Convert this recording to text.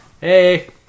Hey